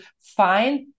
find